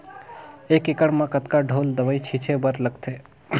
एक एकड़ म कतका ढोल दवई छीचे बर लगथे?